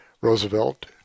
Roosevelt